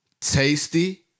Tasty